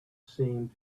seemed